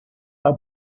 are